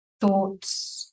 thoughts